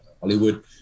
Hollywood